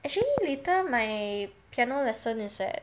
actually later my piano lesson is that